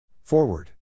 Forward